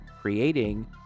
creating